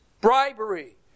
Bribery